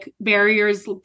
barriers